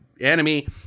enemy